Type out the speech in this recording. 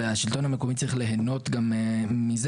והשלטון המקומי צריך ליהנות גם מזה